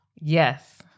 Yes